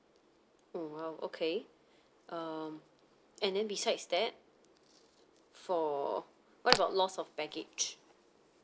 oh !wow! okay um and then besides that for what about lost of baggage